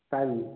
ପାଇଲି